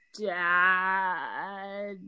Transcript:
dad